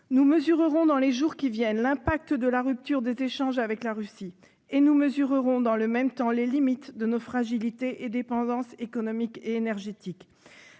Nous mesurerons dans les jours qui viennent l'impact de la rupture des échanges avec la Russie et, dans le même temps, les limites de nos fragilités et dépendances économiques et énergétiques.